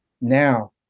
Now